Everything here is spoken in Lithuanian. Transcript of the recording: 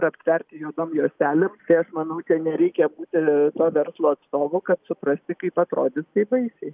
ir aptverti juodom juostelėm tai aš manau čia nereikia būti to verslo atstovu kad suprasi kaip atrodys tai baisiai